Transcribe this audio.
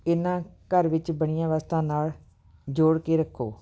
ਇਹਨਾਂ ਘਰ ਵਿੱਚ ਬਣੀਆਂ ਵਸਤਾਂ ਨਾਲ ਜੋੜ ਕੇ ਰੱਖੋ